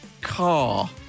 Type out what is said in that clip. car